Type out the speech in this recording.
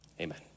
amen